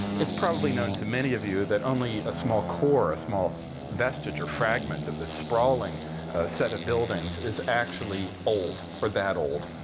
it's probably known to many of you that only a small core, a small vestige or fragment, of this sprawling set of buildings is actually old, or that old.